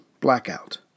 blackout